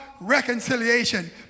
reconciliation